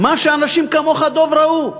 מה שאנשים כמוך, דב, ראו.